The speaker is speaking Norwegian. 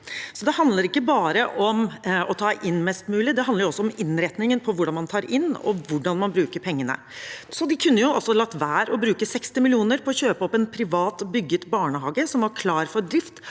Det handler ikke bare om å ta inn mest mulig, det handler også om innretningen på hvordan man tar det inn, og hvordan man bruker pengene. De kunne også latt være å bruke 60 mill. kr på å kjøpe opp en privat bygget barnehager som var klar for drift,